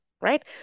right